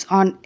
on